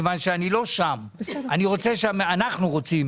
משרד הביטחון עזר לוועדת הכספים בזמן כהונתי כיושב ראש להציל עובדים.